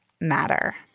matter